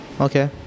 Okay